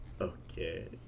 Okay